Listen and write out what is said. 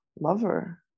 lover